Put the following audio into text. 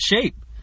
shape